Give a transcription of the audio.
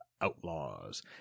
Outlaws